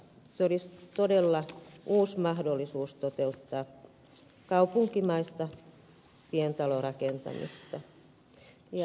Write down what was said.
se olisi todella uusi mahdollisuus toteuttaa kaupunkimaista pientalorakentamista